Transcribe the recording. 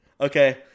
Okay